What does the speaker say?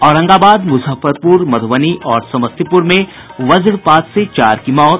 औरंगाबाद मुजफ्फरपुर मधुबनी और समस्तीपुर में वज्रपात से चार की मौत